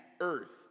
earth